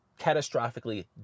catastrophically